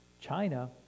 China